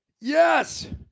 Yes